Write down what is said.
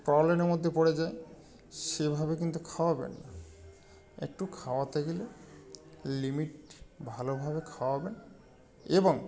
প্রবলেমের মধ্যে পড়ে যায় সে ভাবে কিন্তু খাওয়াবেন না একটু খাওয়াতে গেলে লিমিট ভালো ভাবে খাওয়াবেন এবং